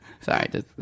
Sorry